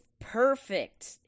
perfect